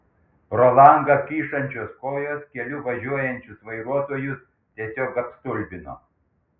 pro langą kyšančios kojos keliu važiuojančius vairuotojus tiesiog apstulbino